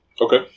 okay